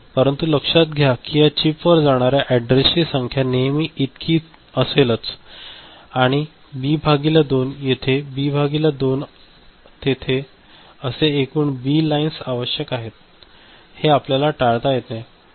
परंतु लक्षात घ्या की या चिपवर जाणाऱ्या ऍडरेसची संख्या नेहमी इतकी असेलच आणि बी भागिले 2 येथे आणि बी भागिले 2 तेथे असे एकूण बी लाईन्स आवश्यक आहेत जे आपल्याला टाळता येत नाही